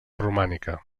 romànica